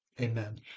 Amen